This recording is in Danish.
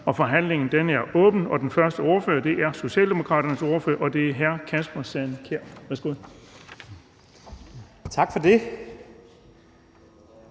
Forhandlingen er åbnet. Den første ordfører er Socialdemokraternes ordfører, og det er hr. Kasper Sand Kjær. Værsgo.